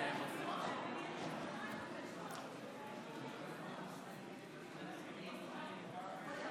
תודה